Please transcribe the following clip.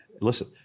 Listen